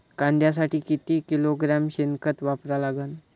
कांद्यासाठी किती किलोग्रॅम शेनखत वापरा लागन?